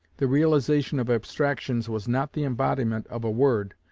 the realization of abstractions was not the embodiment of a word,